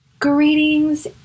Greetings